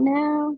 now